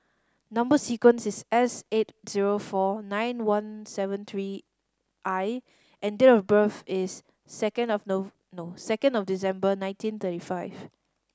number sequence is S eight zero four nine one seven three I and date of birth is second of second of December nineteen thirty five